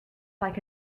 like